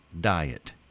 diet